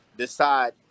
decide